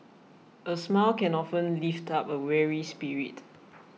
a smile can often lift up a weary spirit